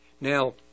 Now